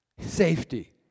safety